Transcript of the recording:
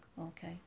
okay